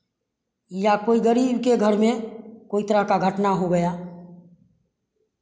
या कोई गरीब के घर में कोई तरह का घटना हो गया